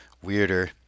Weirder